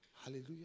Hallelujah